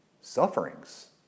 sufferings